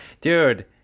dude